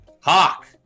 Hawk